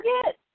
forget